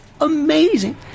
amazing